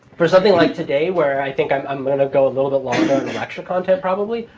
for something like today where i think i'm i'm going to go a little bit longer and extra content probably,